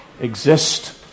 exist